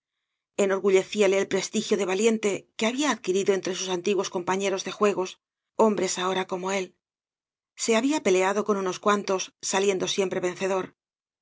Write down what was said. enorgullecíale el prestigio de valiente que había adquirido entre sus antiguos compañeros de juegos hombres ahora como él se había peleado con unos cuantos saliendo siempre vencedor